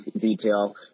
detail